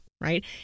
right